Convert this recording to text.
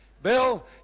Bill